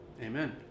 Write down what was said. Amen